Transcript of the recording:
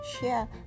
share